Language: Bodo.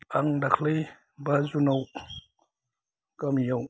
आं दाख्लै बा जुनाव गामियाव